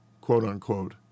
quote-unquote